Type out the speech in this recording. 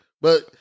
But-